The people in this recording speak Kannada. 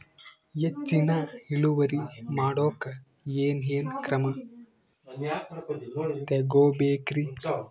ಹೆಚ್ಚಿನ್ ಇಳುವರಿ ಮಾಡೋಕ್ ಏನ್ ಏನ್ ಕ್ರಮ ತೇಗೋಬೇಕ್ರಿ?